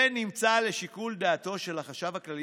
זה נמצא לשיקול דעתו של החשב הכללי,